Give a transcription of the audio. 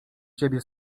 ciebie